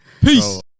Peace